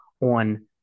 on